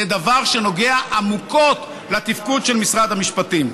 זה דבר שנוגע עמוקות לתפקוד של משרד המשפטים.